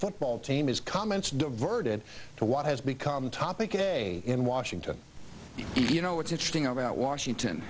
football team his comments diverted to what has become topic a in washington d c you know what's interesting about washington